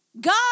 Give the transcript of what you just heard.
God